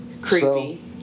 Creepy